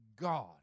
God